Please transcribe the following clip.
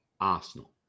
Arsenal